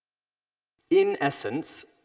in essence,